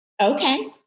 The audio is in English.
okay